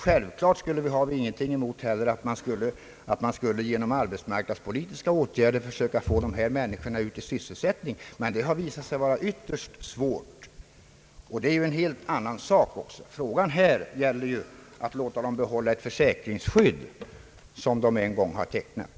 Självfallet skulle vi inte ha något emot att man genom arbetsmarknadspolitiska åtgärder skulle få ut dessa människor i sysselsättning, men det har visat sig vara ytterst svårt. Det är också en helt annan sak. Frågan gäller här att låta dem behålla ett försäkringsskydd som de en gång tecknat.